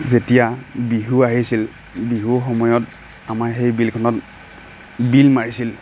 যেতিয়া বিহু আহিছিল বিহুৰ সময়ত আমাৰ সেই বিলখনত বিল মাৰিছিল